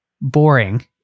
boring